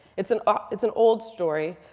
it's an ah it's an old story,